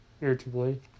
irritably